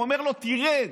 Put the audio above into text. הוא אומר לו: תרד.